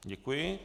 Děkuji.